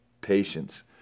patience